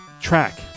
Track